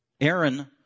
Aaron